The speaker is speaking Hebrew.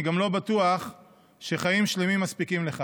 אני גם לא בטוח שחיים שלמים מספיקים לכך,